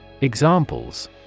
Examples